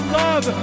love